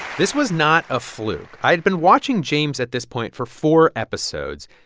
this was not a fluke. i'd been watching james, at this point, for four episodes,